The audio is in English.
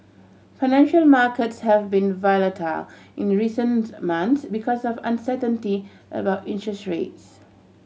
financial markets have been volatile in recent months because of uncertainty about interest rates